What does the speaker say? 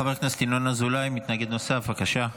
חבר הכנסת ינון אזולאי, מתנגד נוסף, בבקשה.